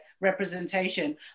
representation